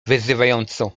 wyzywająco